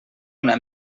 una